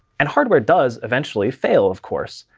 and hardware does eventually fail of course.